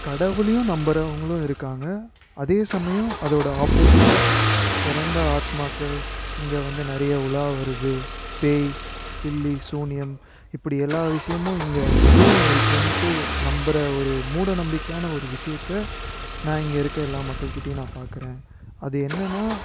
கடவுளையும் நம்புறவங்களும் இருக்காங்க அதே சமயம் அதோட ஆப்போசிட்டாக இறந்த ஆத்மாக்கள் இங்கே வந்து நிறையா உலாவுறது பேய் பில்லி சூனியம் இப்படி எல்லா விஷயமும் இங்கே அதுவும் இருக்குன்ட்டு நம்புகிற ஒரு மூட நம்பிக்கையான ஒரு விஷயத்தை நான் இங்கே இருக்க எல்லா மக்கள்கிட்டையும் நான் பார்க்கறேன் அது என்னென்னா